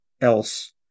else